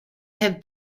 have